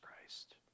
Christ